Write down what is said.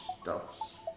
stuffs